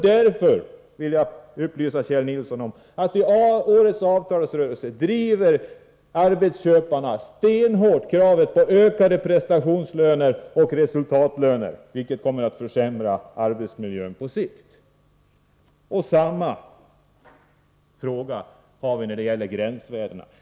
Därför -— det vill jag upplysa Kjell Nilsson om — driver arbetsköparna i årets avtalsrörelse stenhårt kravet på ökade prestationslöner och resultatlöner, vilket på sikt kommer att försämra arbetsmiljön. Detsamma är förhållandet när det gäller gränsvärdena.